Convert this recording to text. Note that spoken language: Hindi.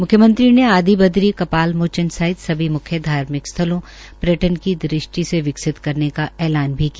मुख्यमंत्री ने आदिब्रदी कपाल मोचन सहित सभी धार्मिक स्थलों पर्यटनों की दृष्टि से विकसित करने का ऐलान भी किया